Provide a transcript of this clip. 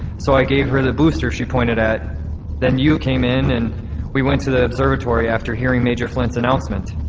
so i gave her the booster she pointed at then you came in, and we went to the observatory after hearing major flint's announcement.